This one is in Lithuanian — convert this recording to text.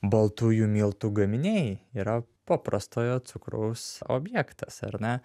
baltųjų miltų gaminiai yra paprastojo cukraus objektas ar ne